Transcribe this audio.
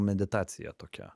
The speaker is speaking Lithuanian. meditacija tokia